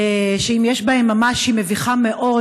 שאם יש בהן ממש היא מביכה מאוד,